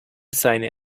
seine